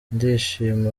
ndashima